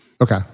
Okay